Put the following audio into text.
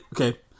okay